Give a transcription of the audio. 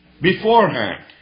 beforehand